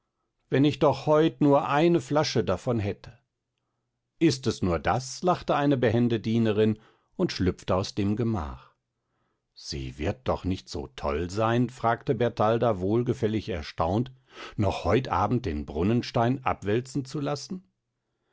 wenn ich doch heut nur eine flasche davon hätte ist es nur das lachte eine behende dienerin und schlüpfte aus dem gemach sie wird doch nicht so toll sein fragte bertalda wohlgefällig erstaunt noch heut abend den brunnenstein abwälzen zu lassen